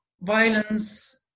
violence